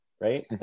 right